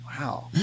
Wow